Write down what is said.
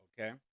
okay